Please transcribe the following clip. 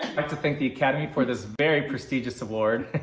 like to thank the academy for this very prestigious award.